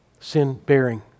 sin-bearing